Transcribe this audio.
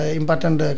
important